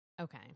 Okay